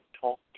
talk